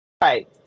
Right